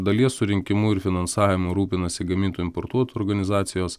dalies surinkimu ir finansavimu rūpinasi gamintojų importuotojų organizacijos